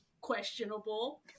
questionable